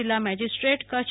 જીલ્લા magistrate Kutch